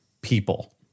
People